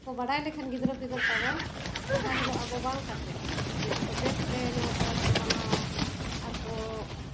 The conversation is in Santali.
ᱠᱚ ᱵᱟᱰᱟᱭ ᱞᱮᱠᱷᱟᱱ ᱜᱤᱫᱽᱨᱟᱹ ᱯᱤᱫᱽᱨᱟᱹ ᱛᱟᱵᱚᱱ ᱡᱟᱦᱟᱸ ᱦᱤᱞᱳᱜ ᱟᱵᱚ ᱵᱟᱝ ᱠᱟᱛᱮ ᱢᱟᱱᱮ ᱟᱠᱚ ᱵᱮᱥ ᱛᱮ ᱱᱚᱣᱟ ᱯᱚᱨᱚᱵᱽ ᱠᱚ ᱢᱟᱱᱟᱣᱟ ᱟᱨ ᱠᱚ